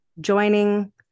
joining